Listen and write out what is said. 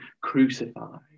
crucified